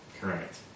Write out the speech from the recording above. Correct